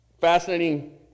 Fascinating